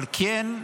אבל כן,